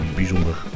bijzonder